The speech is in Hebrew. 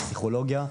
פסיכולוגיה.